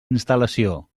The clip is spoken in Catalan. instal·lació